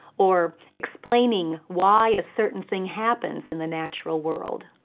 or explaining why a certain thing happens in the natural world.